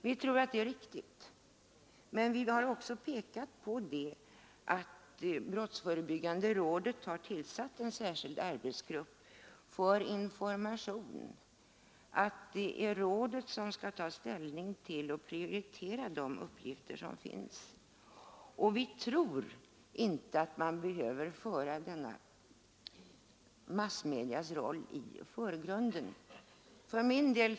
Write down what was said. Vi tror att det är riktigt, men vi har också pekat på att det brottsförebyggande rådet har tillsatt en särskild arbetsgrupp för information och att det är rådet som skall ta ställning till och prioritera de uppgifter som föreligger. Därför behöver man knappast föra denna massmediernas roll i förgrunden.